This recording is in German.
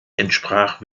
entsprach